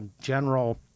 general